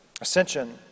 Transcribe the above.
Ascension